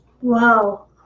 Wow